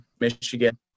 michigan